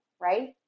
right